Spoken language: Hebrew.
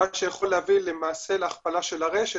מה שיכול להביא למעשה להכפלה של הרשת,